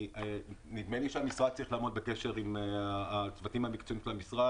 נדמה לי שהמשרד צריך לעמוד בקשר עם הצוותים המקצועיים של המשרד.